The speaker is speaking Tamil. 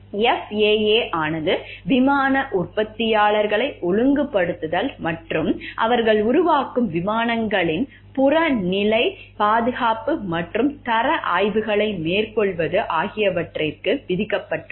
FAA ஆனது விமான உற்பத்தியாளர்களை ஒழுங்குபடுத்துதல் மற்றும் அவர்கள் உருவாக்கும் விமானங்களின் புறநிலை பாதுகாப்பு மற்றும் தர ஆய்வுகளை மேற்கொள்வது ஆகியவற்றிற்கு விதிக்கப்பட்டுள்ளது